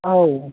औ